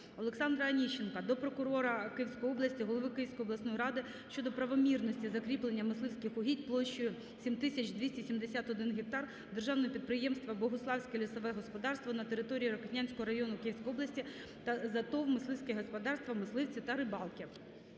Олександра Онищенка до прокурора Київської області, голови Київської обласної ради щодо правомірності закріплення мисливських угідь площею 7 271 гектар Державного підприємства "Богуславське лісове господарство" на території Рокитнянського району Київської області за ТОВ "Мисливське господарство "Мисливці та рибалки".